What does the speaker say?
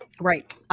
Right